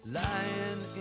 lying